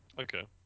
Okay